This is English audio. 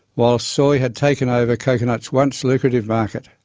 while soy had taken over coconut's once lucrative market.